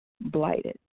blighted